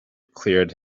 cleared